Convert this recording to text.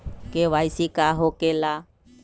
KYC का हो के ला?